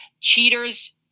cheaters